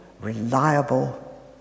reliable